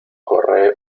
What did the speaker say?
corre